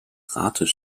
rates